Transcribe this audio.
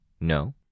No